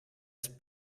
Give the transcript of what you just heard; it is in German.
ist